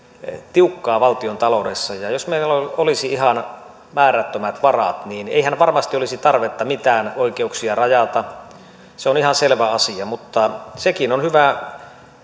tiukkaa valtiontaloudessa ja jos meillä olisi ihan määrättömät varat niin eihän varmasti olisi tarvetta mitään oikeuksia rajata se on ihan selvä asia mutta sekin on hyvä